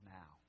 now